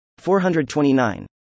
429